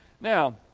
Now